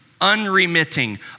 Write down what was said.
unremitting